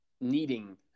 needing